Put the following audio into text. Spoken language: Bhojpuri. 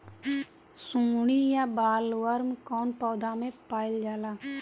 सुंडी या बॉलवर्म कौन पौधा में पाइल जाला?